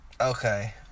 Okay